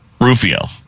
Rufio